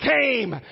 came